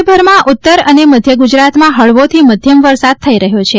રાજ્યભરમાં ઉત્તર અને મધ્ય ગુજરાતમાં હળવાથી મધ્યમ વરસાદ થઇ રહ્યો છે